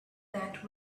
that